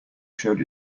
showed